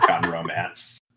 Romance